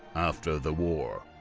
after the war,